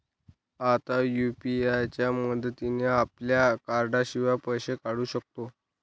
आता यु.पी.आय च्या मदतीने आपल्या कार्डाशिवाय पैसे काढू शकतो